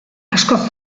askoz